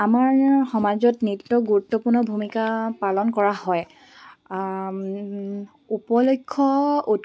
আমাৰ সমাজত নৃত্য গুৰুত্বপূৰ্ণ ভূমিকা পালন কৰা হয় উপলক্ষ্য